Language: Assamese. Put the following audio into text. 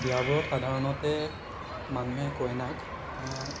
বিয়াবোৰত সাধাৰণতে মানুহে কইনাক